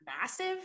massive